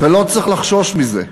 ולא צריך לחשוש מזה,